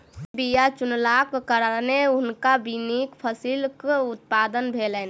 सही बीया चुनलाक कारणेँ हुनका नीक फसिलक उत्पादन भेलैन